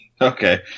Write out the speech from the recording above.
Okay